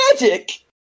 magic